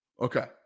okay